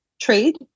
trade